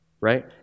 right